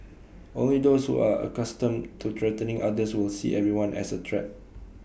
only those who are accustomed to threatening others will see everyone as A threat